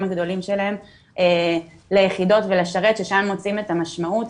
הגדולים שלהם ליחידות ולשרת ששם הם מוצאים את המשמעות,